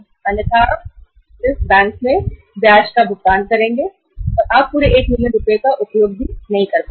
अन्यथा आप केवल बैंक में ब्याज का भुगतान करेंगे और हो सकता है आप पूरे 1 मिलियन रुपए का उपयोग ना करें